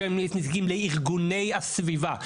שם יש נציגים גם לארגוני הסביבה,